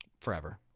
forever